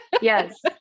Yes